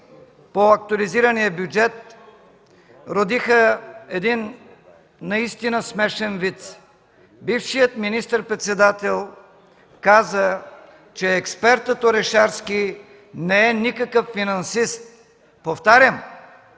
по актуализирания бюджет родиха един наистина смешен виц: бившият министър-председател каза, че експертът Орешарски не е никакъв финансист. Повтарям,